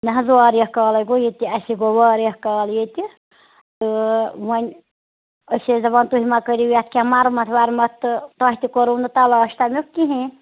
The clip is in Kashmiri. نہٕ حظ واریاہ کال ہَے گوٚو ییٚتہِ تہِ اَسے گوٚو واریاہ کال ییٚتہِ تہٕ وۄنۍ أسۍ ٲسۍ دپان تُہۍ مَہ کٔرِو یَتھ کیٚنٛہہ مَرمت وَرمت تہٕ تۄہہِ تہِ کوٚروُ نہٕ تلاش تَمیُک کِہیٖنۍ